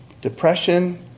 Depression